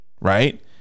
right